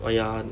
!aiya!